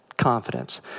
confidence